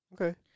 Okay